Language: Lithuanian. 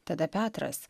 tada petras